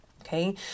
Okay